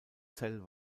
zell